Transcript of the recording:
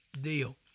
deal